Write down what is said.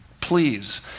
please